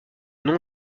nom